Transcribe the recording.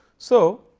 so,